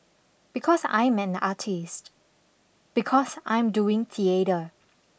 because I am an artist because I'm doing theatre